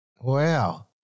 Wow